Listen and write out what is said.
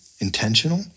intentional